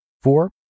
Four